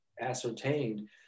ascertained